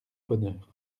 bonheur